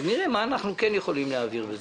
אז נראה מה אנחנו יכולים כן להעביר.